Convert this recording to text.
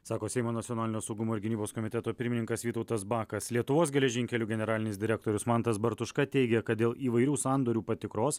sako seimo nacionalinio saugumo ir gynybos komiteto pirmininkas vytautas bakas lietuvos geležinkelių generalinis direktorius mantas bartuška teigia kad dėl įvairių sandorių patikros